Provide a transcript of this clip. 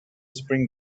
spring